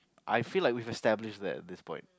I feel like we established that at this point